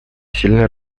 сильно